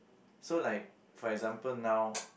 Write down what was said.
so like for example now